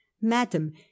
Madam